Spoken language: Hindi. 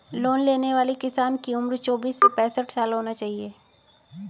लोन लेने वाले किसान की उम्र चौबीस से पैंसठ साल होना चाहिए